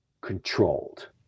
controlled